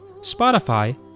Spotify